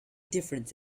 difference